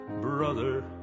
Brother